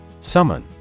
Summon